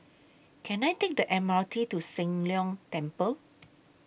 Can I Take The M R T to Soon Leng Temple